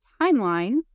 timeline